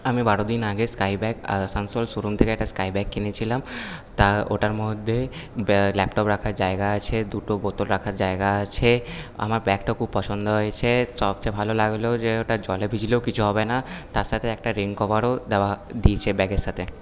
আমি বারো দিন আগে স্কাই ব্যাগ আসানসোল শোরুম থেকে একটা স্কাই ব্যাগ কিনেছিলাম তা ওটার মধ্যে ল্যাপটপ রাখার জায়গা আছে দুটো বোতল রাখার জায়গা আছে আমার ব্যাগটা খুব পছন্দ হয়েছে সবচেয়ে ভালো লাগলো যে ওটা জলে ভিজলেও কিছু হবে না তার সাথে একটা রেন কভারও দেওয়া দিয়েছে ব্যাগের সাথে